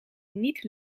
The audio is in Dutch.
niet